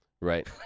Right